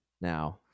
Now